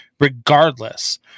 regardless